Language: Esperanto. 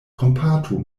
kompatu